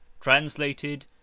Translated